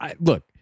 Look